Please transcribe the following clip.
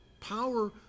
Power